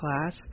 class